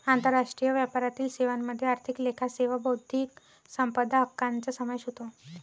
आंतरराष्ट्रीय व्यापारातील सेवांमध्ये आर्थिक लेखा सेवा बौद्धिक संपदा हक्कांचा समावेश होतो